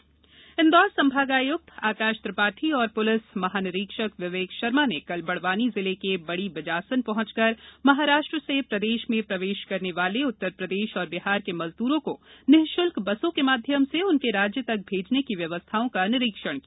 बीजासन घाट इन्दौर संभागआय्क्त आकाश त्रिपाठी और प्लिस महानिरीक्षक विवेक शर्मा ने कल बड़वानी जिले के बिजासन घाट पहुंचकर महाराष्ट्र से प्रदेश में प्रवेश करने वाले उत्तरप्रदेश और बिहार के मजदुरो को निःशुल्क बसो के माध्यम से उनके राज्य तक भेजने की व्यवस्थाओं का निरीक्षण किया